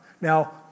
Now